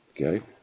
Okay